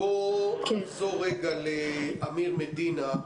בואו נחזור לרגע לאמיר מדינה.